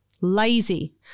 Lazy